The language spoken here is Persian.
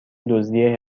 دزدی